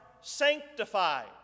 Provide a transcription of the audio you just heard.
sanctified